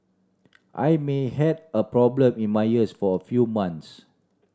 I may had a problem in my ears for a few months